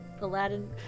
Aladdin